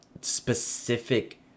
specific